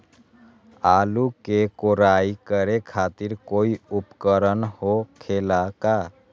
आलू के कोराई करे खातिर कोई उपकरण हो खेला का?